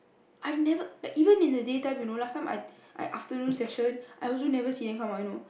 I have never like even in the daytime you know last time I I afternoon session I also never see them come out you know